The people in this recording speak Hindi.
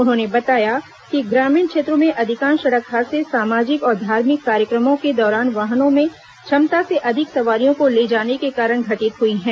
उन्होंने बताया कि ग्रामीण क्षेत्रों में अधिकांश सड़क हादसे सामाजिक और धार्मिक कार्यक्रमों के दौरान वाहनों में क्षमता से अधिक सवारियों को ले जाने के कारण घटित हुए हैं